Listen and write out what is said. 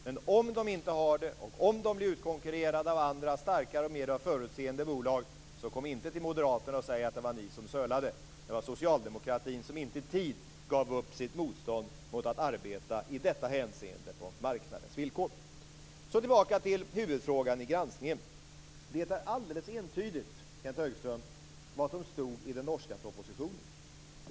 Men om Telia inte har det och om Telia blir utkonkurrerad av andra starkare och mer förutseende bolag säg inte till moderaterna att det var moderaterna som sölade. Det var socialdemokratin som inte i tid gav upp sitt motstånd mot att arbeta i detta hänseende på marknadens villkor. Så tillbaka till huvudfrågan i granskningen. Det är alldeles entydigt, Kenth Högström, vad som stod i den norska propositionen.